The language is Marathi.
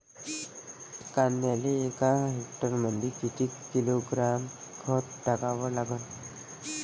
कांद्याले एका हेक्टरमंदी किती किलोग्रॅम खत टाकावं लागन?